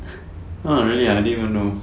oh really ah didn't even though